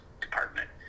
Department